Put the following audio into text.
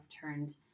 turned